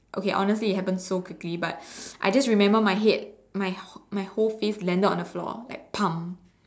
okay honestly it happened so quickly but I just remember my head my my whole face landed on the floor like